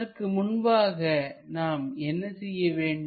அதற்கு முன்பாக நாம் என்ன செய்ய வேண்டும்